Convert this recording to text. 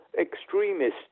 extremists